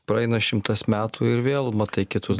praeina šimtas metų ir vėl matai kitus